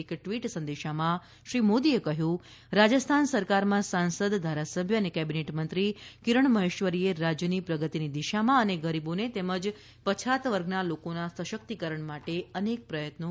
એક ટ્વીટ સંદેશમાં શ્રી મોદીએ કહ્યું કે રાજસ્થાન સરકારમાં સાંસદ ધારાસભ્ય અને કેબિનેટ મંત્રી કિરણ મહેશ્વરીએ રાજ્યની પ્રગતિની દિશા માં અને ગરીબોને તેમજ પછાત વર્ગ ના લોકોના સશક્તિકરણ માટે અનેક પ્રયત્નો કર્યા